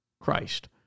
Christ